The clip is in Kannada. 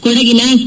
ಕೊಡಗಿನ ಕೆ